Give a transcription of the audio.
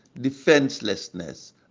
defenselessness